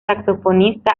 saxofonista